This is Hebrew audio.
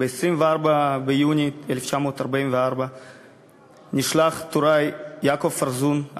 ב-24 ביוני 1944 נשלח טוראי יעקב פרזון,